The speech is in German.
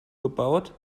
gebaut